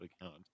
account